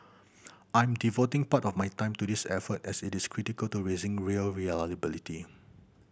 I'm devoting part of my time to this effort as it is critical to raising rail reliability